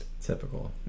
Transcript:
Typical